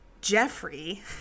Jeffrey